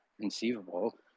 conceivable